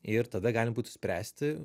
ir tada galima būtų spręsti